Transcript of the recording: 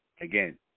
Again